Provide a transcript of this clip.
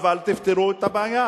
אדוני, אבל תפתרו את הבעיה.